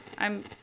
I'm-